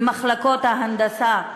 ומחלקות ההנדסה,